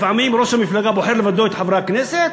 לפעמים ראש המפלגה בוחר לבדו את חברי הכנסת,